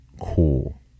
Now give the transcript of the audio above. cool